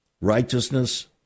Righteousness